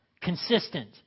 consistent